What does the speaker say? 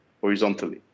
horizontally